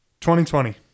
2020